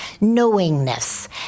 knowingness